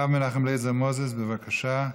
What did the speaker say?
הרב מנחם אליעזר מוזס, בבקשה.